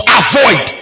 avoid